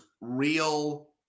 real